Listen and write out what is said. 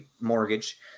mortgage